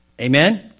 Amen